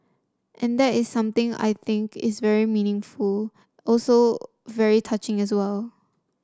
and that is something I think is very meaningful also very touching as well